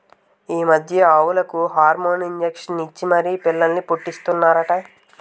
ఈ మధ్య ఆవులకు హార్మోన్ ఇంజషన్ ఇచ్చి మరీ పిల్లల్ని పుట్టీస్తన్నారట